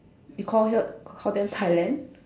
you call her call them Thailand